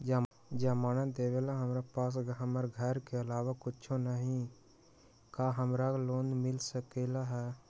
जमानत देवेला हमरा पास हमर घर के अलावा कुछो न ही का हमरा लोन मिल सकई ह?